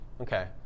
okay